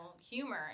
humor